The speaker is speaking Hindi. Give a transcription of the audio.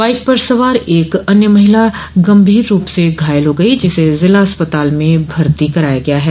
बाईक पर सवार एक अन्य महिला गंभीर रूप से घायल हो गई जिसे जिला अस्पताल में भर्ती कराया गया है